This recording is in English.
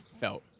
felt